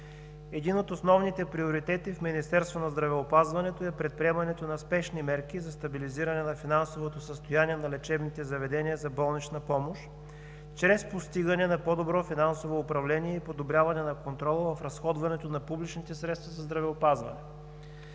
Един от основните приоритети в Министерството на здравеопазването е предприемането на спешни мерки за стабилизиране на финансовото състояние на лечебните заведения за болнична помощ чрез постигане на по-добро финансово управление и подобряване на контрола в разходването на публичните средства за здравеопазване.